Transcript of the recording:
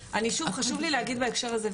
חשוב לי להגיד בהקשר הזה,